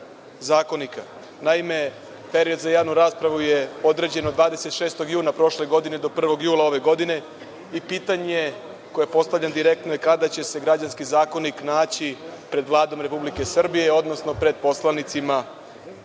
period za javnu raspravu je određen 26. juna prošle godine do 1. jula ove godine i pitanje koje postavljam direktno – kada će se građanski zakonik naći pred Vladom Republike Srbije, odnosno pred poslanicima